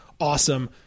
awesome